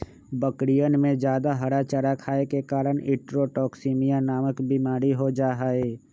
बकरियन में जादा हरा चारा खाये के कारण इंट्रोटॉक्सिमिया नामक बिमारी हो जाहई